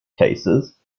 cases